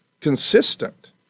consistent